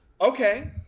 Okay